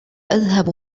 أذهب